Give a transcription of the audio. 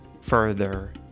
further